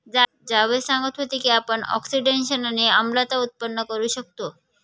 जावेद सांगत होते की आपण ऑक्सिडेशनने आम्लता उत्पन्न करू शकतो